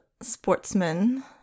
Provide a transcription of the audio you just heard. sportsman